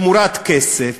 תמורת כסף,